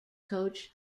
coach